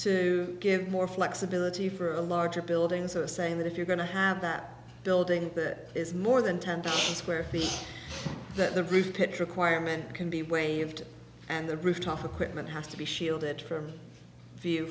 to give more flexibility for a larger buildings are saying that if you're going to have that building that is more than ten thousand square feet that the roof pitch requirement can be waived and the rooftop equipment has to be shielded from